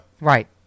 Right